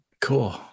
Cool